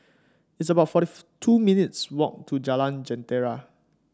it's about forty two minutes' walk to Jalan Jentera